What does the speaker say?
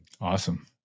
awesome